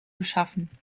geschaffen